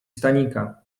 stanika